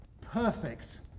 perfect